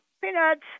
peanuts